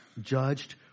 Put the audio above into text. judged